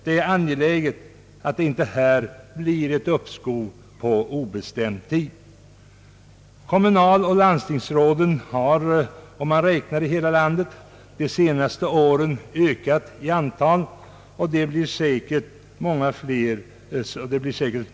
Det är angeläget att det inte blir ett uppskov på obestämd tid. Om man räknar i hela landet finner man att antalet kommunaloch landstingsråd har ökat under de senaste åren. Ytterligare sådana tjänster tillkommer säkert.